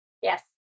Yes